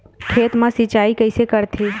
खेत मा सिंचाई कइसे करथे?